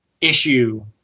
issue